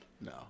No